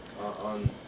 on